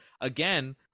again